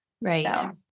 Right